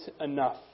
enough